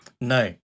No